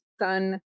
son